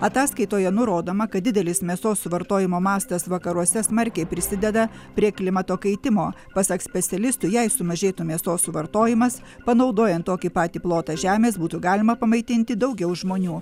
ataskaitoje nurodoma kad didelis mėsos suvartojimo mastas vakaruose smarkiai prisideda prie klimato kaitimo pasak specialistų jei sumažėtų mėsos suvartojimas panaudojant tokį patį plotą žemės būtų galima pamaitinti daugiau žmonių